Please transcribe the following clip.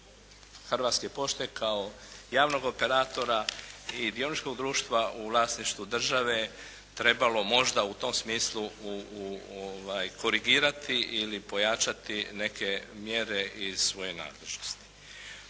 Hrvatske pošte kao javnog operatora i dioničkog društva u vlasništvu države trebalo možda u tom smislu korigirati ili pojačati neke mjere iz svoje nadležnosti.